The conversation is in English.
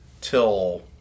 till